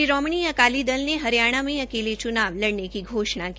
शिरोमणि अकाली दल ने हरियाणा में अकेले च्नाव लड़ने की घोष्णा की